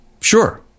Sure